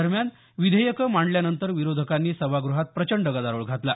दरम्यान विधेयकं मांडल्यानंतर विरोधकांनी सभागृहात प्रचंड गदारोळ घातला